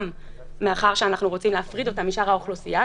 גם בגלל שאנחנו רוצים להפריד אותם משאר האוכלוסייה,